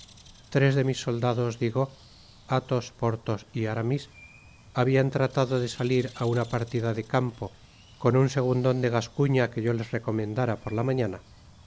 tres de mis soldados digo athos porthos y aramis habian tratado de salir á una partida de campo con un segundon de gascuña que yo les recomendara por la mañana